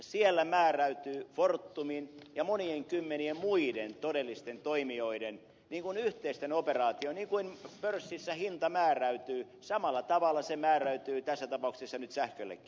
siellä fortumin ja monien kymmenien muiden todellisten toimijoiden yhteisten operaatioiden kautta niin kuin pörssissä hinta määräytyy samalla tavalla se määräytyy tässä tapauksessa nyt sähköllekin